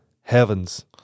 heavens